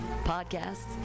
podcasts